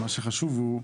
מה שחשוב הוא,